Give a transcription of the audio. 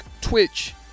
Twitch